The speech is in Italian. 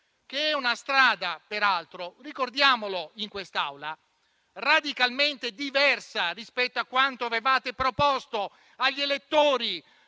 è una strada - ricordiamolo in quest'Aula - radicalmente diversa rispetto a quanto avevate proposto agli elettori